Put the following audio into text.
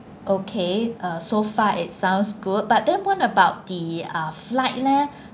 okay uh so far it sounds good but then what about the uh flight leh